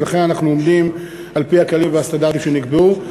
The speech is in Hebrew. ולכן אנחנו עובדים על-פי הכללים והסטנדרטים שנקבעו.